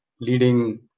leading